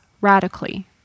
radically